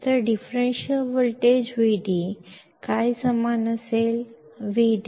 ಆದ್ದರಿಂದ differential voltage VD ಯಾವುದಕ್ಕೆ ಸಮನಾಗಿರುತ್ತದೆ